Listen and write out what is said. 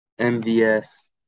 MVS